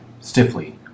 stiffly